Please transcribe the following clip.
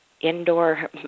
indoor